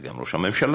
וגם ראש הממשלה,